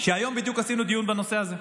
היום בדיוק עשינו דיון בנושא הזה,